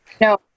No